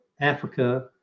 Africa